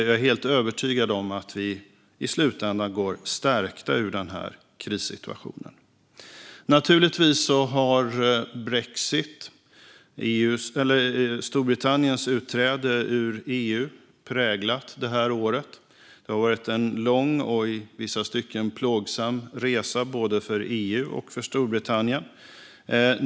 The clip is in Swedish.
Jag är helt övertygad om att vi i slutändan går stärkta ur den här krissituationen. Naturligtvis har brexit, Storbritanniens utträde ur EU, präglat det här året. Det har varit en lång och i vissa stycken plågsam resa både för EU och för Storbritannien.